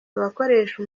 abakoresha